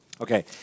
Okay